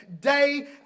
day